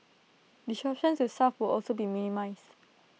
disruption to staff will also be minimised